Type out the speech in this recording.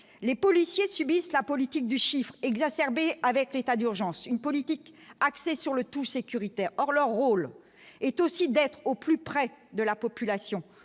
les policiers subissent la politique du chiffre exacerbée avec l'état d'urgence une politique axée sur le tout sécuritaire, or, leur rôle est aussi d'être au plus près de la population